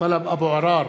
טלב אבו עראר,